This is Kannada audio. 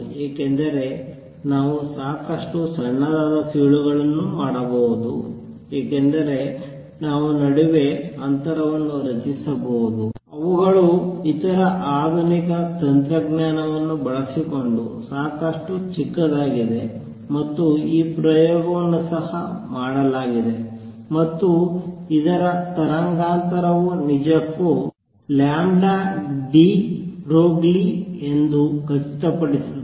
ಏಕೆಂದರೆ ನಾವು ಸಾಕಷ್ಟು ಸಣ್ಣದಾದ ಸೀಳುಗಳನ್ನು ಮಾಡಬಹುದು ಏಕೆಂದರೆ ನಾವು ನಡುವೆ ಅಂತರವನ್ನು ರಚಿಸಬಹುದು ಅವುಗಳು ಇತರ ಆಧುನಿಕ ತಂತ್ರಜ್ಞಾನವನ್ನು ಬಳಸಿಕೊಂಡು ಸಾಕಷ್ಟು ಚಿಕ್ಕದಾಗಿದೆ ಮತ್ತು ಈ ಪ್ರಯೋಗವನ್ನು ಸಹ ಮಾಡಲಾಗಿದೆ ಮತ್ತು ಇದರ ತರಂಗಾಂತರವು ನಿಜಕ್ಕೂdeBroglie ಎಂದು ಖಚಿತಪಡಿಸುತ್ತದೆ